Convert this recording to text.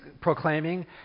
proclaiming